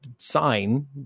sign